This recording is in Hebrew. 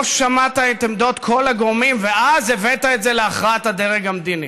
לא שמעת את עמדות כל הגורמים ואז הבאת את זה להכרעת הדרג המדיני.